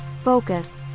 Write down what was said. Focus